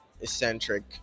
eccentric